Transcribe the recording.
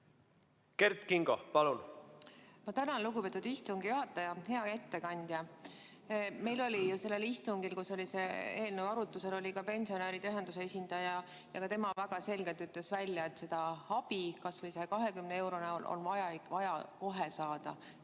Kert Kingo, palun!